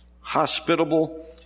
Hospitable